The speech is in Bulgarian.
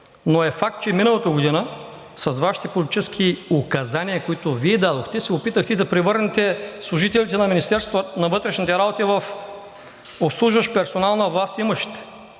но е факт, че миналата година с Вашите политически указания, които Вие дадохте, се опитахте да превърнете служителите на Министерството на вътрешните работи в обслужващ персонал на властимащите.